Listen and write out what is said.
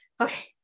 Okay